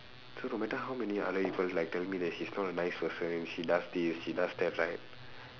so no matter how many other people like tell me that she's not a nice person she does this she does that right